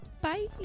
Bye